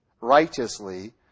righteously